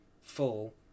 full